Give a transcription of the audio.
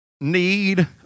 need